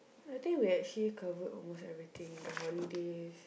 I think we actually covered almost everything in the holidays